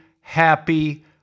happy